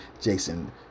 Jason